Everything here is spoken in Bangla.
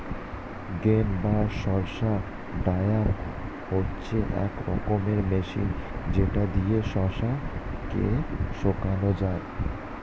গ্রেন বা শস্য ড্রায়ার হচ্ছে এক রকমের মেশিন যেটা দিয়ে শস্য কে শোকানো যায়